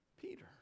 Peter